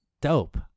dope